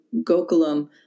Gokulam